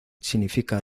significa